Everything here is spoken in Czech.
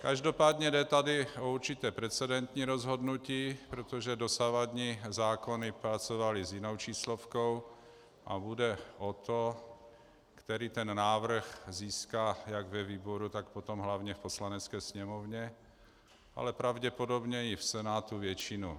Každopádně jde tady o určité precedentní rozhodnutí, protože dosavadní zákony pracovaly s jinou číslovkou a půjde o to, který ten návrh získá jak ve výboru, tak potom hlavně v Poslanecké sněmovně, ale pravděpodobně i v Senátu většinu.